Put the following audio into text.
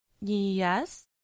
Yes